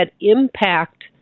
impact